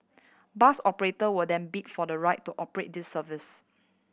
bus operator will then bid for the right to operate these service